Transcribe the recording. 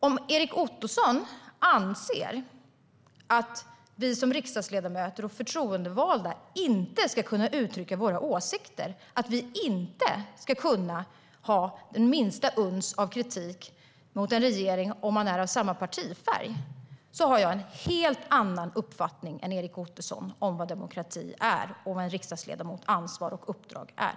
Om Erik Ottoson anser att vi som riksdagsledamöter och förtroendevalda inte ska kunna uttrycka våra åsikter, att man inte ska kunna ha den minsta uns av kritik mot en regering om man är av samma partifärg, har jag en helt annan uppfattning än Erik Ottoson om vad demokrati är och vad en riksdagsledamots ansvar och uppdrag är.